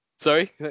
Sorry